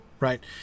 right